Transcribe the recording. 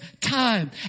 time